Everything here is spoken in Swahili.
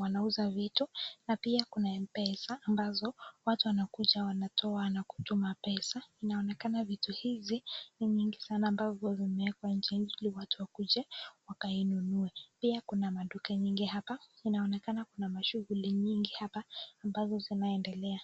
wanauzaa vitu na pia kuna mpesa ambazo watu wanakuja wanatoa na kutuma pesa inaonekana vitu hizi ni mingi sana ambavyo imewekwa hili watu wakuje wakainunue pia kuna maduka mingi hapa, inaonekana kuna mashughuli mingi hapa ambazo zinaendelea.